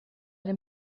dem